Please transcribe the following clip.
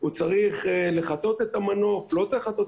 הוא צריך לחטא את המנוף,